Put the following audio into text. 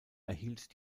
erhielt